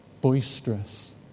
boisterous